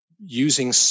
using